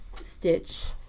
stitch